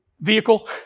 vehicle